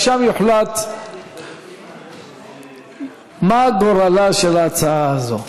שבה יוחלט מה גורלה של ההצעה הזאת?